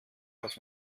was